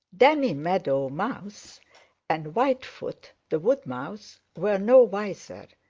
danny meadow mouse and whitefoot the wood mouse were no wiser,